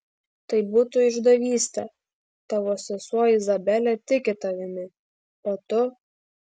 tai būtų išdavystė tavo sesuo izabelė tiki tavimi o tu